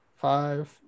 five